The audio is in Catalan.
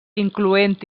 incloent